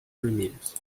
vermelhos